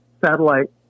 satellite